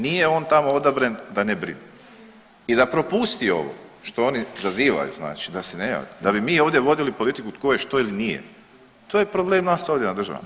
Nije on tamo odabran da ne brine i da propusti ovo što oni zazivaju znači da se ne javi da bi mi ovdje vodili politiku ko je što ili nije, to je problem nas ovdje na državnom.